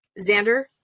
Xander